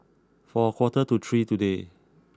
for a quarter to three today